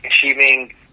achieving